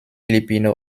filipino